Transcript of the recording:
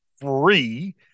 free